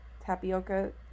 tapioca